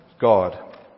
God